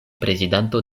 prezidanto